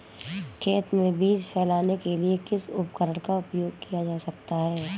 खेत में बीज फैलाने के लिए किस उपकरण का उपयोग किया जा सकता है?